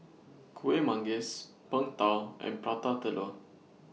Kuih Manggis Png Tao and Prata Telur